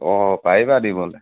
অঁ পাৰিবা দিবলৈ